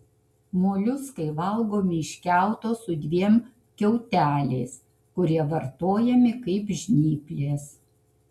moliuskai valgomi iš kiauto su dviem kiauteliais kurie vartojami kaip žnyplės